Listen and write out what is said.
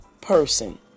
person